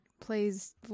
plays